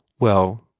well,